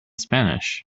spanish